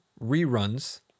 reruns